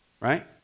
right